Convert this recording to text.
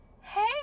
Hey